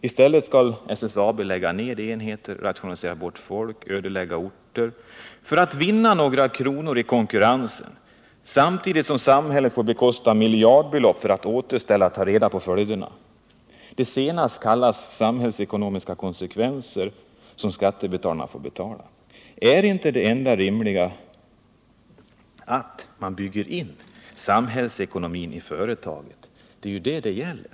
I stället skall SSAB lägga ned enheter, rationalisera bort folk och ödelägga orter för att vinna några kronor i konkurrensen, samtidigt som samhället får lägga ut miljardbelopp för att ta reda på följderna, dvs. vad man kallar för samhällsekonomiska konsekvenser, som skattebetalarna får stå för. Vore inte det enda rimliga att bygga in samhällsekonomin i företagen? Det är ju det saken gäller.